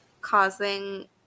causing